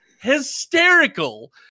hysterical